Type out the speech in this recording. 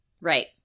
Right